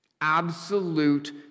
Absolute